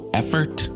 effort